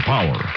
Power